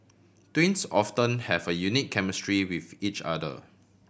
twins often have a unique chemistry with each other